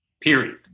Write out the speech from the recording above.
Period